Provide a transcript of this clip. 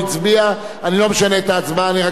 חבר הכנסת שנאן, לא נקלטה הצבעתך?